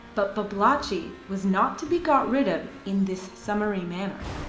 but babalatchi was not to be got rid of in this summary manner.